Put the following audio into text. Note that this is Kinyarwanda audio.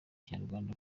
kinyarwanda